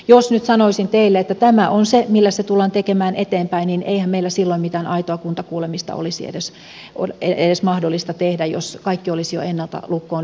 jos nyt sanoisin teille että tämä on se millä se tullaan tekemään eteenpäin niin eihän meillä silloin mitään aitoa kuntakuulemista olisi edes mahdollista tehdä jos kaikki olisi jo ennalta lukkoon lyöty